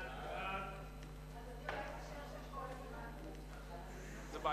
חוק השאלת ספרי לימוד (תיקון מס' 5), התש"ע